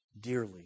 dearly